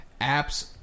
Apps